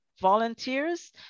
volunteers